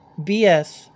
BS